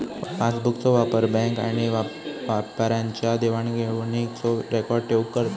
पासबुकचो वापर बॅन्क आणि व्यापाऱ्यांच्या देवाण घेवाणीचो रेकॉर्ड ठेऊक करतत